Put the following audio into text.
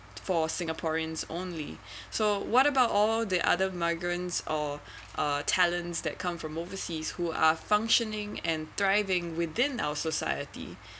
for singaporeans only so what about all the other migrants or uh talents that come from overseas who are functioning and thriving within our society